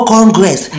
Congress